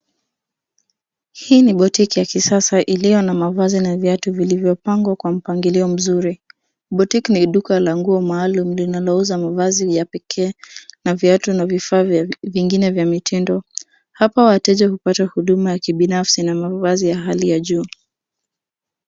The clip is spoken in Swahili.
Hii ni boutique ya kisasa iliyo na mavazi na viatu vilivyopangwa kwa mpangilio mzuri. Boutique ni duka la nguo maaulum linalouza mavazi ya pekee na viatu na vifaa vingine vya mitindo. Hapa wateja hupata huduma ya kibinafsi na mavazi ya hali ya juu.